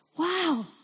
Wow